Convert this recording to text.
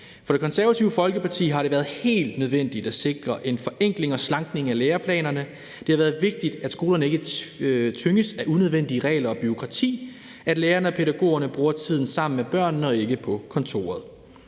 For Det Konservative Folkeparti har det været helt nødvendigt at sikre en forenkling og slankning af læreplanerne. Det har været vigtigt, at skolerne ikke tynges af unødvendige regler og unødvendigt bureaukrati, og at lærerne og pædagogerne bruger tiden sammen med børnene og ikke på kontoret.